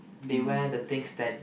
they wear the things that